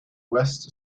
west